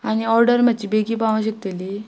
आनी ऑर्डर मात्शी बेगी पावो शकतली